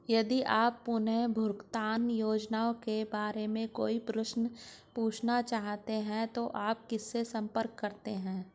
यदि आप पुनर्भुगतान योजनाओं के बारे में कोई प्रश्न पूछना चाहते हैं तो आप किससे संपर्क करते हैं?